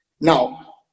Now